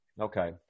Okay